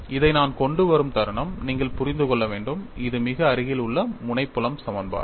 இதை நான் கொண்டு வரும் தருணம் நீங்கள் புரிந்து கொள்ள வேண்டும் இது மிக அருகில் உள்ள முனை புலம் சமன்பாடு